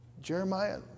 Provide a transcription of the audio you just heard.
Jeremiah